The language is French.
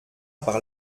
par